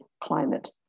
climate